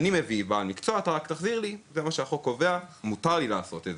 אני מביא את בעל המקצוע והוא רק יחזיר לי את